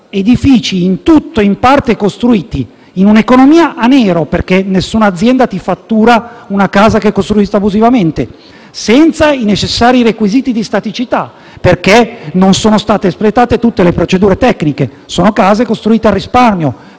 edifici in tutto o in parte costruiti in un’economia a nero, perché nessuna azienda fattura i lavori per una casa che è costruita abusivamente, senza i necessari requisiti di staticità, perché non sono state espletate tutte le procedure tecniche. Sono case costruite al risparmio,